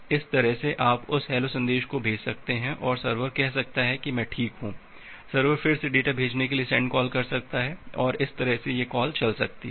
अब इस तरह से आप उस हैलो संदेश को भेज सकते हैं और सर्वर कह सकता है कि मैं ठीक हूं सर्वर फिर से डेटा भेजने के लिए सेंड कॉल कर सकता है और इस तरह से यह कॉल चल सकती है